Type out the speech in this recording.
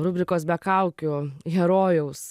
rubrikos be kaukių herojaus